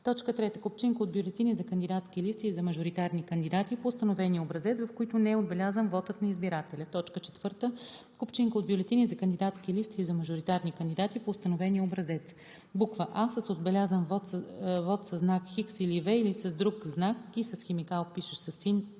знаци; 3. купчинка от бюлетини за кандидатски листи и за мажоритарни кандидати по установения образец, в които не е отбелязан вотът на избирателя; 4. купчинка от бюлетини за кандидатски листи и за мажоритарни кандидати по установения образец: а) с отбелязан вот със знак „Х“ или „V“ или с друг знак и с химикал, пишещ със син